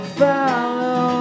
follow